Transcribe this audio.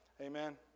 Amen